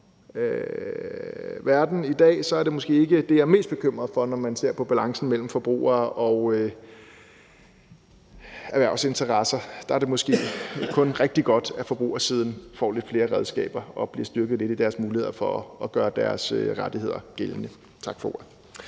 i dag, at det ikke er det, som jeg er mest bekymret for, når man ser på balancen mellem forbrugere og erhvervsinteresser. Der er det måske kun rigtig godt, at forbrugersiden får lidt flere redskaber og bliver styrket lidt i deres muligheder for at gøre deres rettigheder gældende. Tak for ordet.